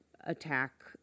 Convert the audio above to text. attack